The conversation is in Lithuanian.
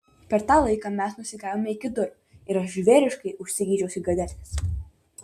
per tą laiką mes nusigavome iki durų ir aš žvėriškai užsigeidžiau cigaretės